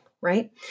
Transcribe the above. right